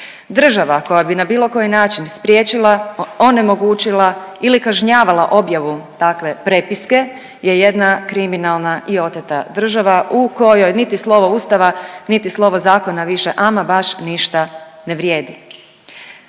Država koja bi na bilo koji način spriječila, onemogućila ili kažnjavala objavu takve prepiske je jedna kriminalna i oteta država u kojoj niti slovo Ustava niti slovo zakona više ama baš ništa ne vrijedi.